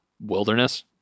wilderness